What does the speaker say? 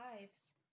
lives